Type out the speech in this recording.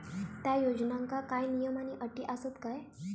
त्या योजनांका काय नियम आणि अटी आसत काय?